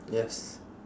yes